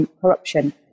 corruption